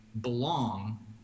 belong